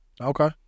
okay